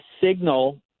signal